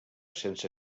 sense